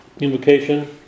invocation